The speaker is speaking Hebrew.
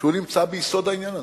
שנמצא ביסוד העניין הזה.